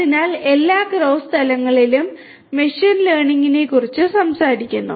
അതിനാൽ എല്ലാ ക്രോസ് തലങ്ങളിലും മെഷീൻ ലേണിംഗ് ഇതിനെക്കുറിച്ച് സംസാരിക്കുന്നു